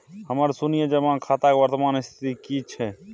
हमर शुन्य जमा खाता के वर्तमान स्थिति की छै?